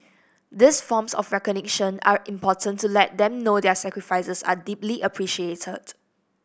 these forms of recognition are important to let them know their sacrifices are deeply appreciated